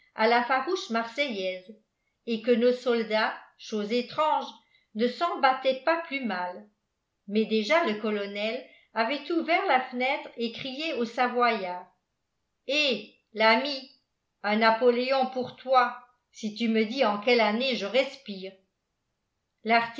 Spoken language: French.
à la farouche marseillaise et que nos soldats chose étrange ne s'en battaient pas plus mal mais déjà le colonel avait ouvert la fenêtre et criait au savoyard eh l'ami un napoléon pour toi si tu me dis en quelle année je respire